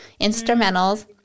instrumentals